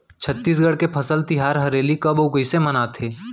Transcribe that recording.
छत्तीसगढ़ के फसल तिहार हरेली कब अउ कइसे मनाथे?